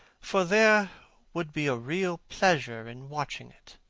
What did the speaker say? for there would be a real pleasure in watching it.